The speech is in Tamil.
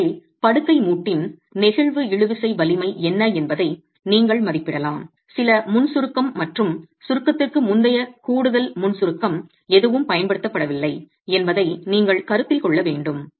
எனவே படுக்கை மூட்டின் நெகிழ்வு இழுவிசை வலிமை என்ன என்பதை நீங்கள் மதிப்பிடலாம் சில முன் சுருக்கம் மற்றும் சுருக்கத்திற்கு முந்தைய கூடுதல் முன் சுருக்கம் எதுவும் பயன்படுத்தப்படவில்லை என்பதை நீங்கள் கருத்தில் கொள்ள வேண்டும்